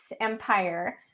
empire